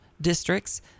districts